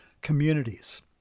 communities